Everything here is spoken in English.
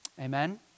Amen